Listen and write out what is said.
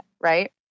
right